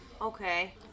Okay